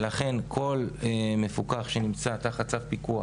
לכן כל מפוקח שנמצא תחת צו פיקוח